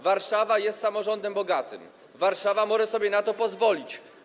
Warszawa jest samorządem bogatym, Warszawa może sobie na to pozwolić.